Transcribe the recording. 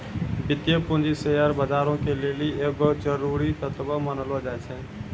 वित्तीय पूंजी शेयर बजारो के लेली एगो जरुरी तत्व मानलो जाय छै